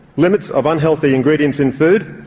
limits of unhealthy ingredients in food.